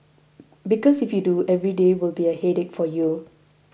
because if you do every day will be a headache for you